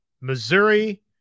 Missouri